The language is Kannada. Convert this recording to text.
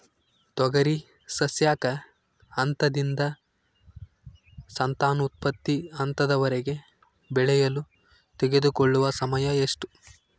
ತೊಗರಿ ಸಸ್ಯಕ ಹಂತದಿಂದ ಸಂತಾನೋತ್ಪತ್ತಿ ಹಂತದವರೆಗೆ ಬೆಳೆಯಲು ತೆಗೆದುಕೊಳ್ಳುವ ಸಮಯ ಎಷ್ಟು?